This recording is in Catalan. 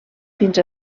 fins